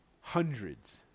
hundreds